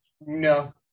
no